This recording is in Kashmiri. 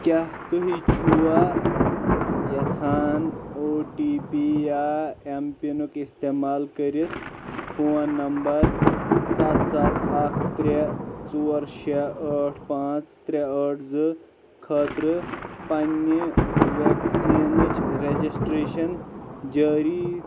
کیٛاہ تُہۍ چھُوا یژھان او ٹی پی یا ایٚم پِنُک استعمال کٔرِتھ فون نمبر سَتھ سَتھ اکھ ترٛےٚ ژور شےٚ ٲٹھ پانٛژھ ترٛےٚ ٲٹھ زٕ خٲطرٕ پننہِ ویٚکسیٖنٕچ رجَسٹرٛیشن جٲری